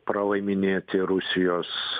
pralaiminėti rusijos